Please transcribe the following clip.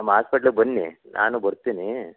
ನಮ್ಮ ಆಸ್ಪೆಟ್ಲಗೆ ಬನ್ನಿ ನಾನು ಬರ್ತಿನಿ